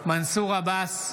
עבאס,